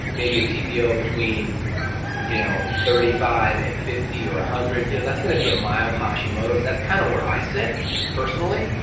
maybe a tpo between you know, thirty five and fifty or a hundred, you know, that's gonna be a mild hashimoto's, that's kinda where i sit personally,